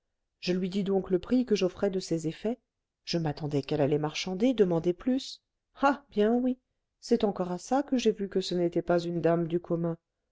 je lui dis donc le prix que j'offrais de ces effets je m'attendais qu'elle allait marchander demander plus ah bien oui c'est encore à ça que j'ai vu que ce n'était pas une dame du commun